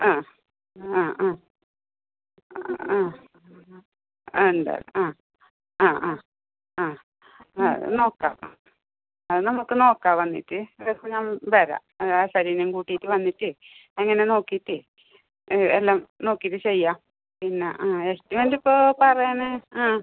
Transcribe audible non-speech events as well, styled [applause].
ആ ആ ആ ആ [unintelligible] ആ ആ ആ നോക്കാം അത് നമുക്ക് നോക്കാം വന്നിട്ട് ഇപ്പം ഞാൻ വരാം ആശാരിയേയും കൂട്ടിയിട്ട് വന്നിട്ട് അങ്ങനെ നോക്കിയിട്ട് എല്ലാം നോക്കിയിട്ട് ചെയ്യാം പിന്നെ എസ്റ്റിമേറ്റിപ്പോൾ പറയാൻ ആ